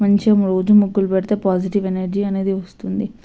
మంచిగా రోజు ముగ్గులు పెడితే పాజిటివ్ ఎనర్జీ అనేది వస్తుంది